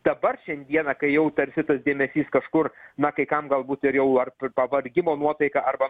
dabar šiandieną kai jau tarsi tas dėmesys kažkur na kai kam galbūt ir jau ar pavargimo nuotaikąa arba